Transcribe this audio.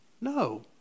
No